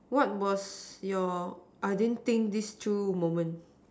what was your I didn't think this through moment